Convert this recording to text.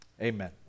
Amen